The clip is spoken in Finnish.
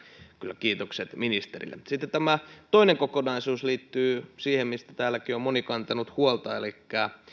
kyllä kiitokset ministerille sitten toinen kokonaisuus liittyy siihen mistä täälläkin on moni kantanut huolta elikkä